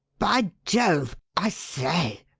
by jove! i say!